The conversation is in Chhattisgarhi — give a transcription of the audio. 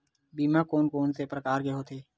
बीमा कोन कोन से प्रकार के होथे?